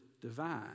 divine